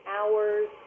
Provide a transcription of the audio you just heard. hours